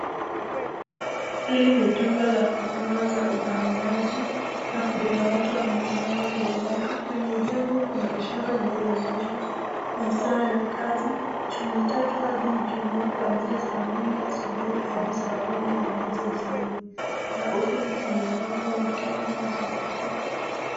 Hili ni jumba la huduma za uhamiaji na kundi la watu wamesimama mbele yake. Kwenye jengo kuna ishara inayoonyesha masaa ya kazi, juma tatu hadi ijumaa kwanzia saa mbili asubuhi hadi saa kumi na moja jioni na ofisi zimefungwa wikendi na siku kuu.